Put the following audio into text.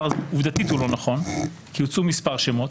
עובדתית זה לא נכון, כי הוצעו מספר שמות.